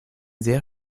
sehr